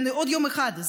עוד יום אחד.